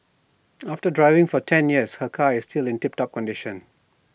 after driving for ten years her car is still in tip top condition